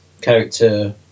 character